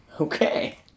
Okay